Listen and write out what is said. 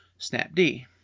Snapd